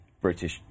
British